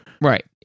right